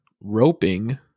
roping